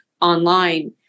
online